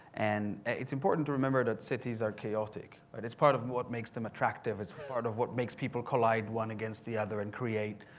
and it's important to remember that cities are chaotic but and it's part of what makes them attractive. it's part of what makes people collide one against the other and create.